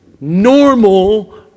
normal